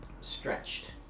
stretched